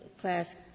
class